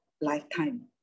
lifetime